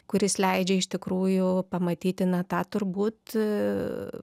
kuris leidžia iš tikrųjų pamatyti na tą turbūt